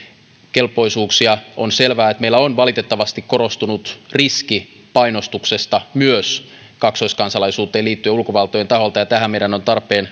kelpoisuuksia on selvää että meillä on valitettavasti korostunut riski painostuksesta myös kaksoiskansalaisuuteen liittyen ulkovaltojen taholta ja tähän meidän on tarpeen